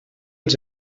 els